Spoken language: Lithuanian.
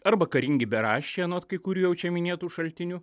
arba karingi beraščiai anot kai kurių jau čia minėtų šaltinių